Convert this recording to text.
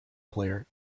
player